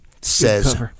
says